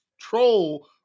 troll